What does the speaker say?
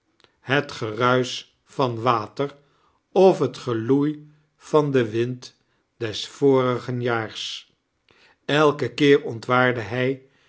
he geruiseh van water of het geloei van den wind des vorigen jaars eiken keer ontwaarde hij